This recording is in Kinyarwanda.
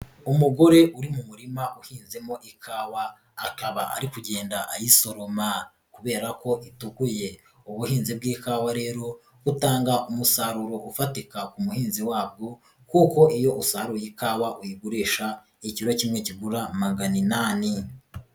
Umugore uri mu murima uhinzemo ikawa, akaba ari kugenda ayisoroma kubera ko itukuye, ubuhinzi bw'ikawa rero butanga umusaruro ufatika ku muhinzi wa bwo kuko iyo usaruye ikawa uyigurisha, ikiro kimwe kigura magana inani.